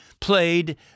played